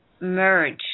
merge